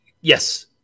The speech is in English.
Yes